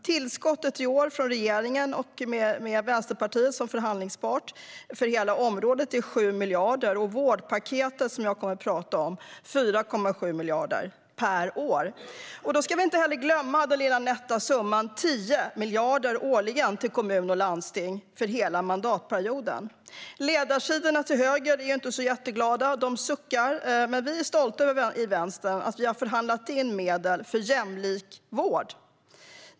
Tillskottet i år från regeringen, med Vänsterpartiet som förhandlingspart, för hela området är 7 miljarder. Och vårdpaketet, som jag kommer att prata om, är 4,7 miljarder per år. Då ska vi inte glömma den lilla nätta summan 10 miljarder årligen till kommuner och landsting för hela mandatperioden. På ledarsidorna till höger är de inte jätteglada. De suckar. Men vi i Vänstern är stolta över att vi har förhandlat fram medel för jämlik vård.